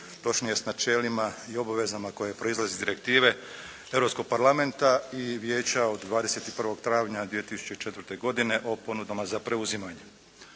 točnije s načelima i obavezama koje proizlaze iz direktive Europskog parlamenta i Vijeća od 21. travnja 2004. godine o ponudama za preuzimanje.